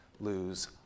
lose